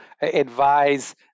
advise